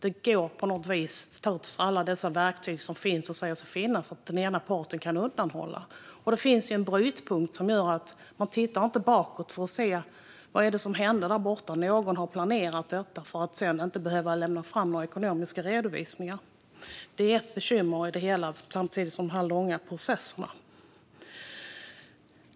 Det går på något vis, trots alla dessa verktyg som sägs finnas, för den ena parten att undanhålla medel. Då finns det en brytpunkt som gör att man inte tittar bakåt för att se vad som hände, att någon planerat detta för att sedan inte behöva lämna fram någon ekonomisk redovisning. Det är ett bekymmer i det hela, vid sidan av de långa processerna.